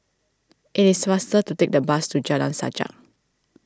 it is faster to take the bus to Jalan Sajak